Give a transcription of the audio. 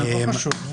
ירושלים,